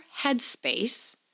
headspace